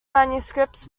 manuscripts